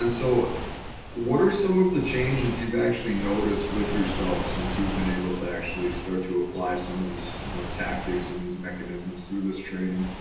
and so what are some of the changes you've actually noticed with yourself since you've been able to actually start to apply some of these you know, tactics and these mechanisms through this training?